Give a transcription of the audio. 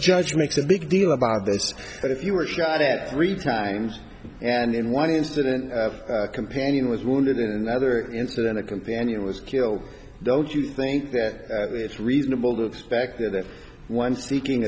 judge makes a big deal about this but if you were shot at three times and in one incident companion was wounded in another incident a companion was killed don't you think that it's reasonable to expect that one seeking